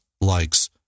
likes